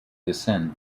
descend